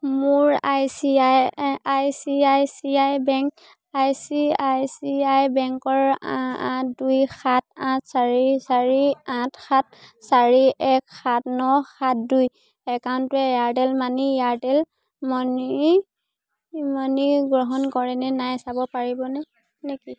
মোৰ I C I C I বেংকৰ আঠ দুই সাত আঠ চাৰি চাৰি আঠ সাত চাৰি এক সাত ন সাত দুই একাউণ্টটোৱে এয়াৰটেল মানি গ্ৰহণ কৰেনে নাই চাব পাৰিবনে নেকি